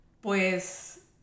pues